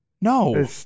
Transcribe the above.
No